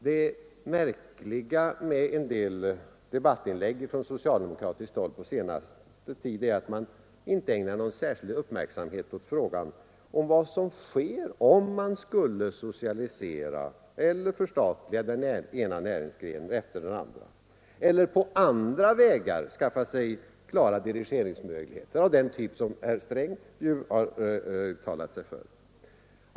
Det märkliga med en del debattinlägg från socialdemokratiskt håll på senaste tiden är att man inte ägnar någon särskild uppmärksamhet åt frågan om vad som sker, om man skulle socialisera eller förstatliga den ena näringsgrenen efter den andra eller på andra vägar skaffa sig klara dirigeringsmöjligheter av den typ som herr Sträng ju har uttalat sig för.